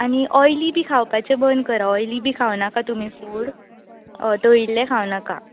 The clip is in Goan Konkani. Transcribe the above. आनी ओयली बी खावपाचे बंद करा ओयली बी खावनाकात तुमी फुड हय तळिल्ले खावनाका